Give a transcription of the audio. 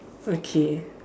okay